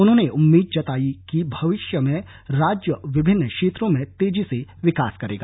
उन्होंने उम्मीद जताई कि भविष्य में राज्य विभिन्न क्षेत्रों में तेजी से विकास करेगा